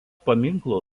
paminklų